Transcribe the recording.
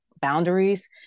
boundaries